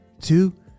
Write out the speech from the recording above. two